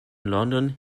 london